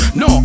no